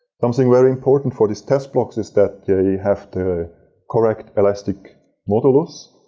something very important for these tests blocks is that they have the correct elastic modules.